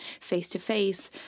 face-to-face